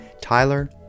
Tyler